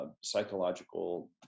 psychological